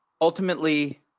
Ultimately